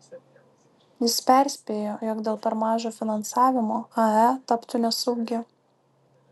jis perspėjo jog dėl per mažo finansavimo ae taptų nesaugi